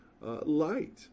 light